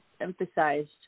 emphasized